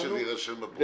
זה יירשם בפרוטוקול.